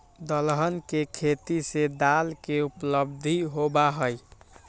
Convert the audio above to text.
दलहन के खेती से दाल के उपलब्धि होबा हई